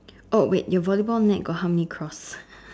oh wait your volleyball net got how many cross